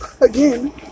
Again